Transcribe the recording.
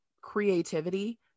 creativity